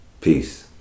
Peace